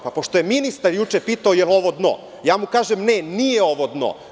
Pošto je ministar juče pitao da li je ovo dno, ja mu kažem da nije ovo dno.